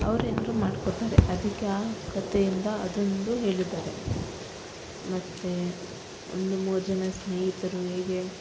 ಅವ್ರು ಏನರು ಮಾಡ್ಕೋತಾರೆ ಅದಕ್ಕೆ ಆ ಕಥೆಯಿಂದ ಅದೊಂದು ಹೇಳಿದ್ದಾರೆ ಮತ್ತೆ ಒಂದು ಮೂರು ಜನ ಸ್ನೇಹಿತರು ಹೇಗೆ